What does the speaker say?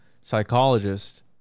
psychologist